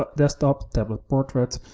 ah desktop, tablet portrait,